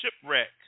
shipwreck